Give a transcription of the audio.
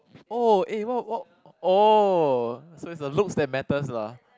oh eh what what oh so is the looks that matters lah